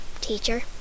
teacher